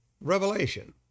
Revelation